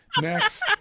Next